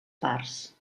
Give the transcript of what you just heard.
parts